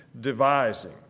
devising